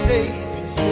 Savior